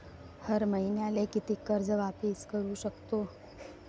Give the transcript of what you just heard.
हर मईन्याले कितीक कर्ज वापिस करू सकतो?